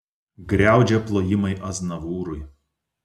griaudžia plojimai aznavūrui